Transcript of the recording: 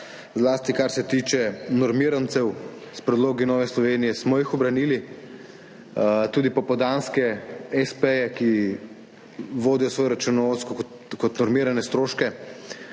zlasti kar se tiče normirancev, s predlogi Nove Slovenije smo jih obranili. Tudi popoldanske espeje, ki vodijo svoje računovodsko kot normirane stroške